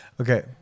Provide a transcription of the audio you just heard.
Okay